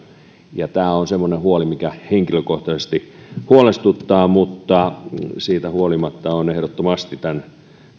ja tämä on semmoinen huoli mikä henkilökohtaisesti huolestuttaa mutta siitä huolimatta olen ehdottomasti tämän